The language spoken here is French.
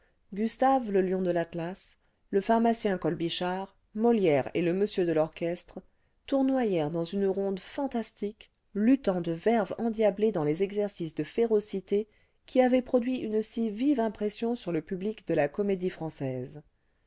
gustave le lion de l'atlas le pharmacien colbichard molière et le monsieur de l'orchestre tournoyèrent dans une ronde fantastique luttant de verve endiablée dans les exercices de férocité qui avaient produit une si vive impression sur le public de la comédie-française